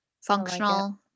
functional